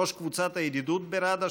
ראש קבוצת הידידות בראדה,